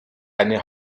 eine